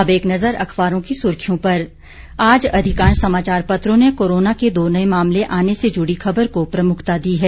अब एक नजर अखबारों की सुर्खियों पर आज अधिकांश समाचार पत्रों ने कोरोना के दो नए मामले आने से जुड़ी खबर को प्रमुखता दी है